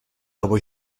dopo